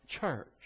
church